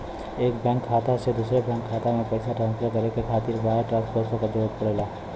एक बैंक खाता से दूसरे बैंक खाता में पइसा ट्रांसफर करे खातिर वायर ट्रांसफर क जरूरत पड़ेला